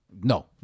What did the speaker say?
No